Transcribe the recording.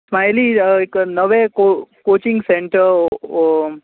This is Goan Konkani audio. स्मायली एक नवे को कोचींग सॅन्टर ओ